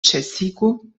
ĉesigu